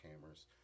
cameras